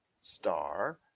star